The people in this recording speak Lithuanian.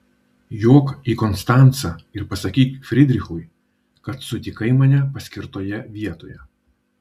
jok į konstancą ir pasakyk fridrichui kad sutikai mane paskirtoje vietoje